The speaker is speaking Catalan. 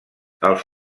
els